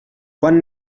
quan